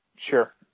Sure